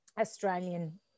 Australian